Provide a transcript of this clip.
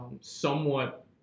somewhat